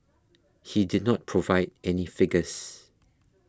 he did not provide any figures